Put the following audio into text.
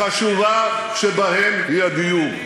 החשובה שבהן היא הדיור,